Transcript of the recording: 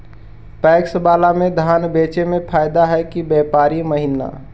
PACS बाला में धान बेचे मे फायदा है कि व्यापारी महिना?